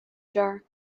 jar